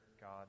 God